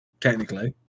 technically